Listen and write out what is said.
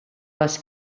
les